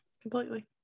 completely